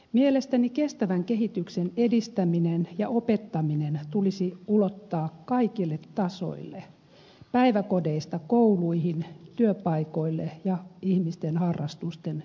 mielestäni kestävän kehityksen edistäminen ja opettaminen tulisi ulottaa kaikille tasoille päiväkodeista kouluihin työpaikoille ja ihmisten harrastusten pariin